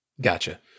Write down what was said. Gotcha